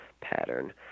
pattern